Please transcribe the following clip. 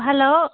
hello